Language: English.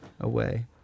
away